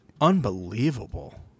Unbelievable